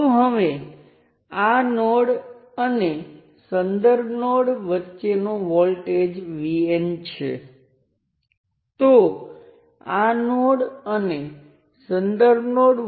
જો current I1 દોરવાનો હોય અથવા ત્યાં વોલ્ટેજ ડ્રોપ V1 હોય તો હું તેને તે કરંટ વડે બદલી શકું